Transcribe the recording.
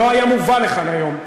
לא היה מובא לכאן היום.